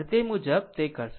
અને તે મુજબ તે કરશે